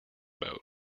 boat